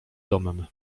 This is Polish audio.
domem